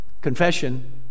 Confession